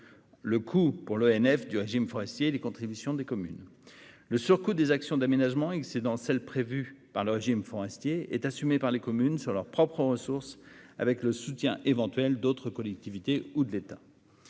le coût pour l'ONF et les contributions des communes. Le surcoût des actions d'aménagement excédant celles qui sont prévues par le régime forestier est assumé par les communes sur leurs ressources propres, avec le soutien éventuel d'autres collectivités ou de l'État.